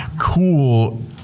cool